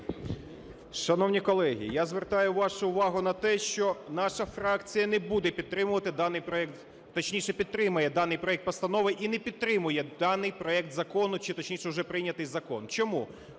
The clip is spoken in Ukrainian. Шановні колеги, я звертаю вашу увагу на те, що наша фракція не буде підтримувати даний проект… Точніше підтримає даний проект постанови і не підтримує даний проект закону чи точніше вже прийнятий закон. Чому?